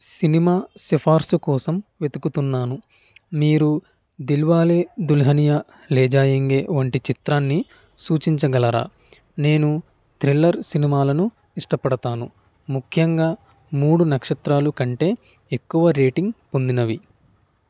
cinema సిఫార్సు కోసం వెతుకుతున్నాను మీరు దిల్వాలే దుల్హనియా లే జాయేంగే వంటి చిత్రాన్ని సూచించగలరా నేను థ్రిల్లర్ సినిమాలను ఇష్టపడతాను ముఖ్యంగా మూడు నక్షత్రాలు కంటే ఎక్కువ రేటింగ్ పొందినవి